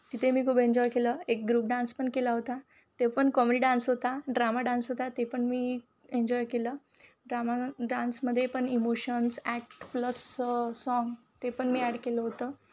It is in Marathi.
तिथे मी खूप एन्जॉय केलं एक ग्रुप डान्स पण केला होता ते पण कॉमेडी डान्स हो ता ड्रामा डान्स होता ते पण मी एन्जॉय केलं ड्रामा डान्समध्ये पण इमोशन्स ॲक्ट प्लस साँग ते पण मी ॲड केलं होतं